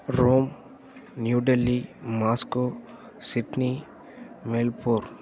Rome New Delhi Moscow Sydney Melbourne